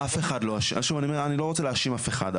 אף אחד לא שוב אני אומר אני לא רוצה להאשים אף אחד,